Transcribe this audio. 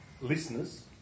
listeners